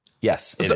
Yes